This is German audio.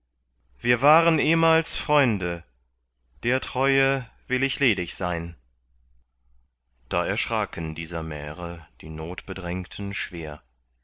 wir waren ehmals freunde der treue will ich ledig sein da erschraken dieser märe die notbedrängten schwer